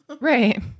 Right